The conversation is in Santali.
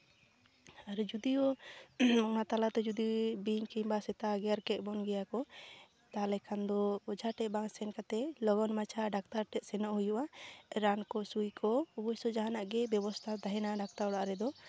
ᱟᱨᱮ ᱡᱩᱫᱤᱭᱳ ᱚᱱᱟ ᱛᱟᱞᱮ ᱛᱮ ᱡᱩᱫᱤ ᱵᱤᱧ ᱠᱤᱝᱵᱟ ᱥᱮᱛᱟ ᱜᱮᱨ ᱠᱮᱫ ᱵᱚᱱ ᱜᱮᱭᱟ ᱠᱚ ᱛᱟᱦᱞᱮ ᱠᱷᱟᱱ ᱫᱚ ᱚᱡᱷᱟ ᱴᱷᱮᱡ ᱵᱟᱝ ᱥᱮᱱ ᱠᱟᱛᱮ ᱞᱚᱜᱚᱱ ᱢᱟᱪᱷᱟ ᱰᱟᱠᱛᱟᱨ ᱴᱷᱮᱡ ᱥᱮᱱᱚᱜ ᱦᱩᱭᱩᱜᱼᱟ ᱨᱟᱱ ᱠᱚ ᱥᱩᱭ ᱠᱚ ᱚᱵᱳᱥᱥᱳᱭ ᱡᱟᱦᱟᱸᱱᱟᱜ ᱜᱮ ᱵᱮᱵᱚᱥᱛᱟ ᱛᱟᱦᱮᱱᱟ ᱰᱟᱠᱛᱟᱨ ᱚᱲᱟᱜ ᱨᱮᱫᱚ